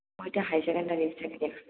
মই এতিয়া high secondary